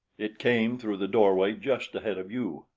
it came through the doorway just ahead of you,